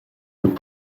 aux